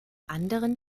anderen